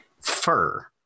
fur